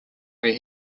where